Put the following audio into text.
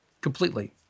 completely